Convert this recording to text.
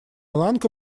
ланка